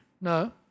No